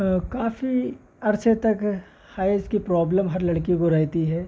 کافی عرصے تک حیض کی پرابلم ہر لڑکی کو رہتی ہے